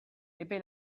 epe